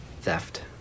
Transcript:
theft